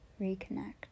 reconnect